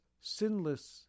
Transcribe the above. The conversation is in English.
sinless